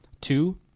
Two